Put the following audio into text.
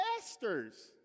masters